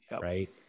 right